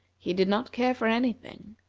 he did not care for any thing.